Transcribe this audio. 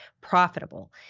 profitable